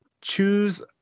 choose